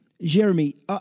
Jeremy